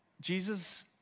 Jesus